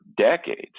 decades